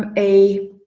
ah a.